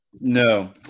no